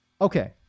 okay